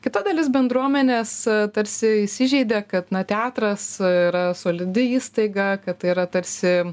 kita dalis bendruomenės tarsi įsižeidė kad na teatras yra solidi įstaiga kad tai yra tarsi